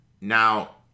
Now